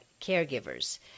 caregivers